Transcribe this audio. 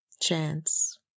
chance